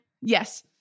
Yes